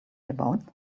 about